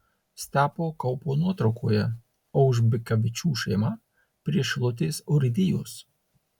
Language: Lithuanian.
stepo kaupo nuotraukoje aužbikavičių šeima prie šilutės urėdijos